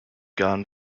gone